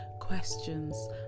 questions